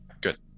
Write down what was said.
Good